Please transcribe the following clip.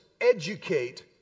educate